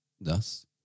Thus